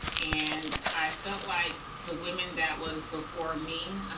and i felt like the woman that was before me,